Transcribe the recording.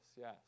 Yes